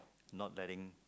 not wearing